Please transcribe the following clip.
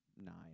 nine